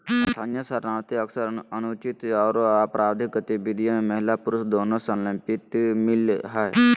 स्थानीय शरणार्थी अक्सर अनुचित आरो अपराधिक गतिविधि में महिला पुरुष दोनों संलिप्त मिल हई